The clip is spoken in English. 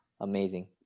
Amazing